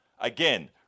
Again